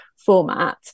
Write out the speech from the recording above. format